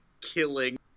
killing